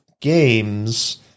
games